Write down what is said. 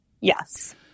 Yes